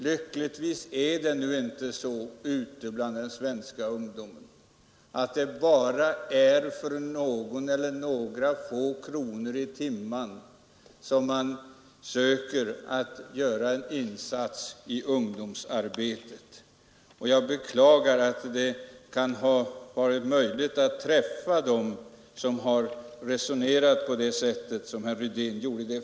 Lyckligtvis är det nu inte så ute bland den svenska ungdomen att det bara är för någon eller några få kronor i timmen som man söker göra en insats i ungdomsarbetet. Jag beklagar att det har varit möjligt att träffa dem som har resonerat på det sätt som herr Rydén gjorde.